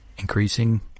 Increasing